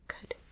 Good